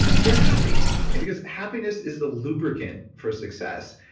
and they're happy and because happiness is the lubricant for success.